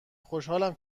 خوشحالم